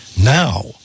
Now